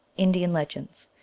indian legends.